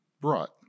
brought